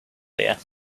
there